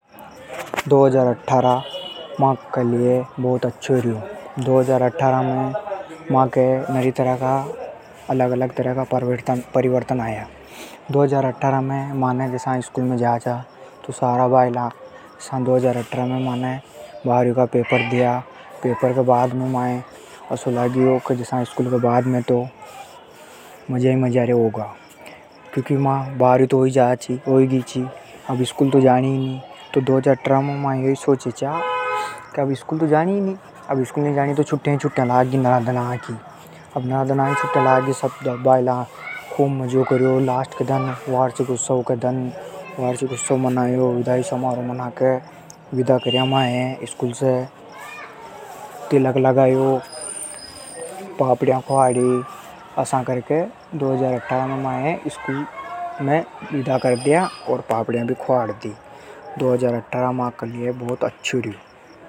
दो हज़ार अट्ठारह, दो हज़ार अट्ठारह म्हाके लिए बहुत अच्छों रयो। दो हज़ार अट्ठारह में म्हाके नरी अलग अलग तरह का परिवर्तन आया। दो हज़ार अट्ठारह में मा जसा सारा भायला स्कूल में जाचा तो। दो हज़ार अट्ठारह में म्हाने बारहवीं का पेपर द््या। बाद में म्हाये असो लाग्यो के जसा स्कूल के बाद में तो मजा ही मजा होगा। क्यूंकि म्हाके बारहवी तो होई गीची ।अब स्कूल तो जाणी नी। अब स्कूल नी जाणी तो मा सोचे चा के अब तो छुट्टियां ही छुट्टियां लाग गी नरा दना की। सब भायला ने खूब मजो कर्यों आखरी दन। वार्षिक उत्सव मनायो, विदाई समारोह मनाके विदा कर्या म्हाये, तिलक लगायो, पापड्या ख्वाई। असा करके दो हज़ार अट्ठारह में म्हाये स्कूल से बदा कर््द्या और पापड्या भी ख्वाड़दी। दो हज़ार अट्ठारह म्हाके लिए अच्छो रयो।